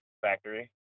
Factory